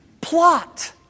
Plot